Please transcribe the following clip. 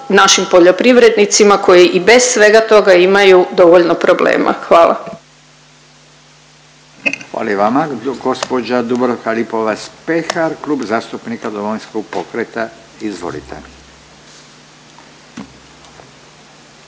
našim poljoprivrednicima koji i bez svega toga imaju dovoljno problema. Hvala. **Radin, Furio (Nezavisni)** Hvala i vama. Gospođa Dubravka Lipovac Pehar, Klub zastupnika Domovinskog pokreta. Izvolite.